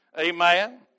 Amen